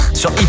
sur